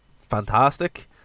fantastic